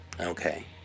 okay